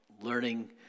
learning